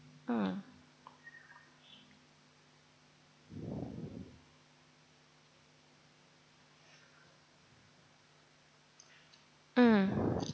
mm mm